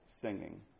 singing